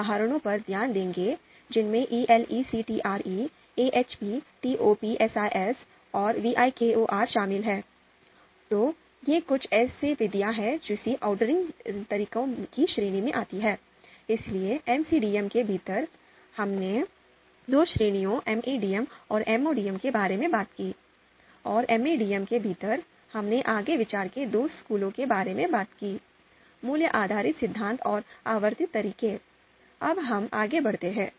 अब हम आगे बढ़ते हैं